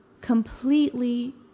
completely